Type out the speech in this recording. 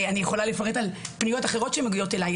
אני יכולה לפרט על פניות אחרות שמגיעות אליי.